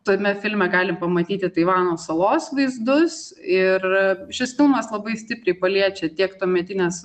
tame filme galim pamatyti taivano salos vaizdus ir šis filmas labai stipriai paliečia tiek tuometinės